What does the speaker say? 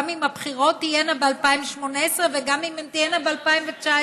גם אם הבחירות תהיינה ב-2018 וגם אם הן תהיינה ב-2019.